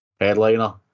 headliner